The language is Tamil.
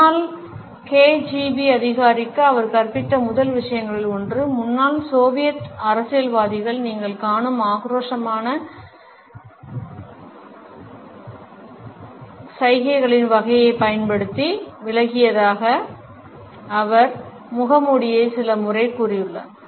முன்னாள் கேஜிபி அதிகாரிக்கு அவர் கற்பித்த முதல் விஷயங்களில் ஒன்று முன்னாள் சோவியத் அரசியல்வாதிகளில் நீங்கள் காணும் ஆக்ரோஷமான சைகைகளின் வகையைப் பயன்படுத்தி விலகியதாக அவர் முகமூடியை சில முறை கூறியுள்ளார்